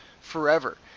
forever